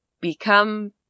become